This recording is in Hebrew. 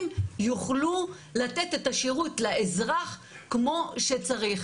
יוכלו לתת את השירות לאזרח כמו שצריך.